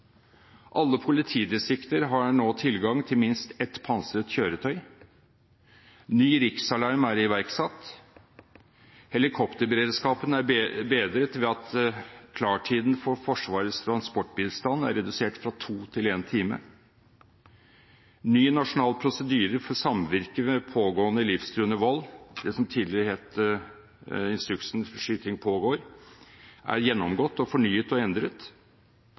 Alle politidistrikter har nå tilgang til minst ett pansret kjøretøy. Ny riksalarm er iverksatt. Helikopterberedskapen er bedret ved at klartiden for Forsvarets transportbistand er redusert fra to til én time. Ny nasjonal prosedyre for samvirke ved pågående livstruende vold – det som tidligere var instruksen «Skyting pågår» – er gjennomgått og fornyet og endret.